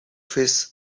fish